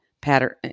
pattern